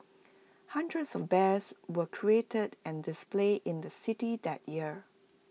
hundreds of bears were created and displayed in the city that year